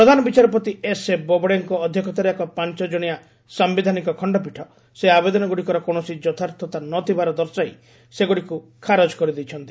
ପ୍ରଧାନ ବିଚାରପତି ଏସ୍ଏ ବୋବଡେଙ୍କ ଅଧ୍ୟକ୍ଷତାରେ ଏକ ପାଞ୍ଚ ଜଣିଆ ସାୟିଧାନିକ ଖଣ୍ଡପୀଠ ସେହି ଆବେଦନଗୁଡ଼ିକର କୌଣସି ଯଥାର୍ଥତା ନଥିବାର ଦର୍ଶାଇ ସେଗୁଡ଼ିକୁ ଖାରଜ କରିଦେଇଛନ୍ତି